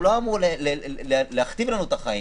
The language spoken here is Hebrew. הוא לא אמור להכתיב לנו את החיים,